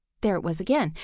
there it was again,